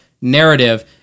narrative